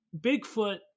bigfoot